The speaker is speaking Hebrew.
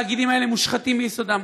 התאגידים האלה מושחתים מיסודם,